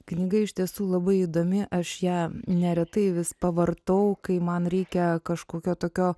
knyga iš tiesų labai įdomi aš ją neretai vis pavartau kai man reikia kažkokio tokio